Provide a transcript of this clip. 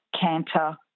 canter